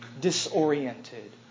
disoriented